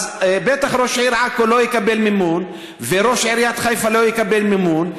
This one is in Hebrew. אז בטח ראש העיר עכו לא יקבל מימון וראש עיריית חיפה לא יקבל מימון.